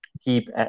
keep